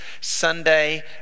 Sunday